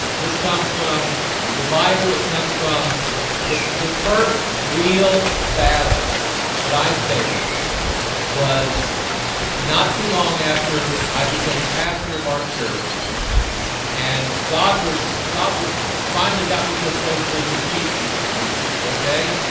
this comes from the bible it comes from the the first real battle that i faced was not too long after i became pastor of our church and god was god was finally got me to a place where he could teach me some things. okay,